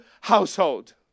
household